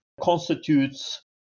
constitutes